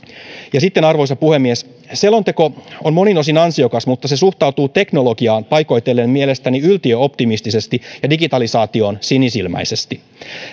ja sitten arvoisa puhemies selonteko on monin osin ansiokas mutta se suhtautuu teknologiaan paikoitellen mielestäni yltiöoptimistisesti ja digitalisaatioon sinisilmäisesti